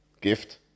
Gift